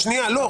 לא.